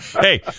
Hey